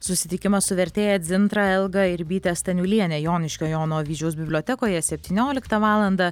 susitikimas su vertėja dzintra elga ir vyte staniuliene joniškio jono avyžiaus bibliotekoje septynioliktą valandą